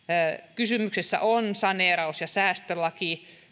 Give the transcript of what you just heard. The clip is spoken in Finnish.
kysymyksessä on saneeraus ja säästölaki